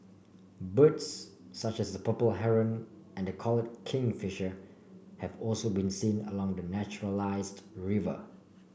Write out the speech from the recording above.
birds such as the purple Heron and the collared kingfisher have also been seen along the naturalised river